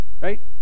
right